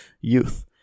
youth